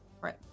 right